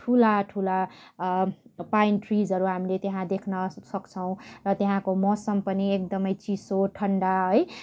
ठुला ठुला पाइन ट्रिसहरू हामीले त्यहाँ देख्न सक्छौँ र त्यहाँको मौसम पनि एकदमै चिसो ठन्डा है